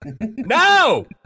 No